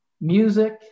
music